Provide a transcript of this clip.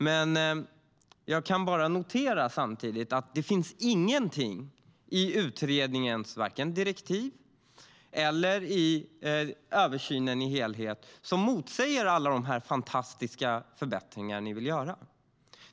Men jag kan samtidigt notera att det inte finns någonting i utredningens direktiv eller i översynen som helhet som motsäger alla de fantastiska förbättringar som ni vill göra.